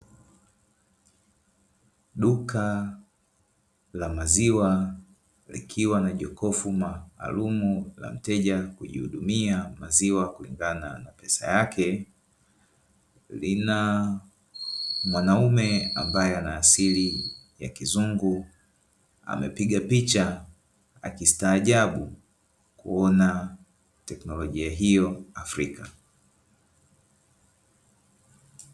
Duka la maziwa likiwa na jokofu maalumu la mteja kujihudumia maziwa kulingana na pesa yake. Lina mwanaume ambaye ana asili ya kizungu amepiga picha akistaajabu kuona teknolojia hiyo Afrika.